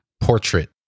portrait